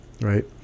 right